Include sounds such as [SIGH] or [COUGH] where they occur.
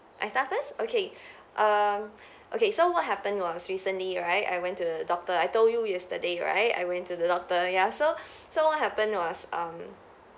I start first okay err okay so what happened was recently right I went to the doctor I told you yesterday right I went to the doctor ya so [BREATH] so what happened was um